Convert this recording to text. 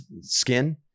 skin